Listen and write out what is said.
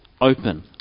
open